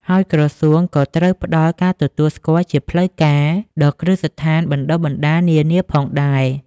ហើយក្រសួងក៏ត្រូវផ្តល់ ការទទួលស្គាល់ជាផ្លូវការ ដល់គ្រឹះស្ថានបណ្តុះបណ្តាលនានាផងដែរ។